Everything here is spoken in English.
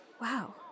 Wow